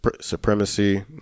supremacy